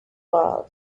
love